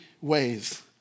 ways